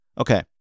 Okay